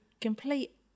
complete